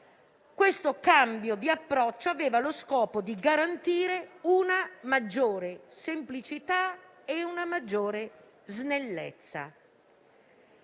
Questo cambio di approccio aveva lo scopo di garantire una maggiore semplicità e una maggiore snellezza.